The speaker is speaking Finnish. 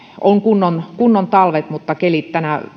on kunnon kunnon talvet mutta kelit